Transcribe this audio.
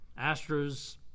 astros